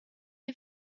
you